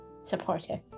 supportive